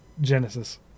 Genesis